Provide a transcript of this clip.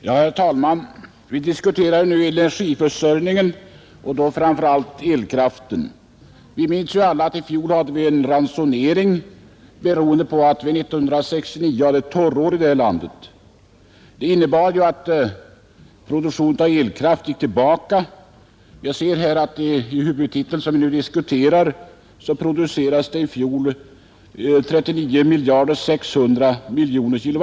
Herr talman! Vi diskuterar nu energiförsörjningen och då framför allt elkraftproduktionen. Vi minns alla att vi i fjol tvingades införa ransonering på grund av att vi 1969 hade ett torrår i det här landet som medförde att produktionen av elkraft minskade. Jag ser i den huvudtitel som vi nu diskuterar att det i fjol producerades 39 600 miljoner kWh.